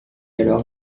alors